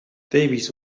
davies